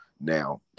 now